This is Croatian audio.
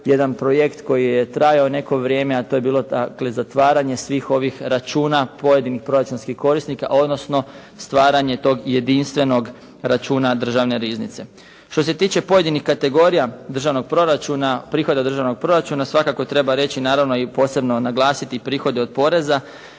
jedan projekt koji je trajao neko vrijeme, a to je bilo dakle zatvaranje svih ovih računa pojedinih proračunskih korisnika odnosno stvaranje tog jedinstvenog računa državne riznice. Što se tiče pojedinih kategorija državnog proračuna prihod od državnog proračuna svakako treba reći naravno i posebno naglasiti i prihode od poreza